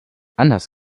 anders